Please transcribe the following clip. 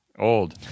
old